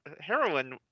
heroin